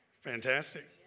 Fantastic